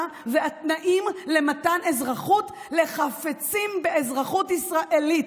והתנאים למתן אזרחות לחפצים באזרחות ישראלית.